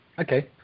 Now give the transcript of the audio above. Okay